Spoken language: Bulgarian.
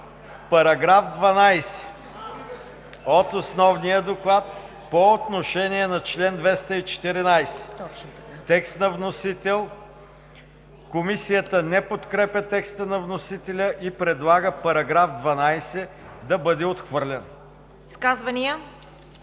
§ 12 от Основния доклад по отношение на чл. 214 – текст на вносител. Комисията не подкрепя текста на вносителя и предлага § 12 да бъде отхвърлен. ПРЕДСЕДАТЕЛ